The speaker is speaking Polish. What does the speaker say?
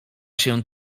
się